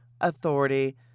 authority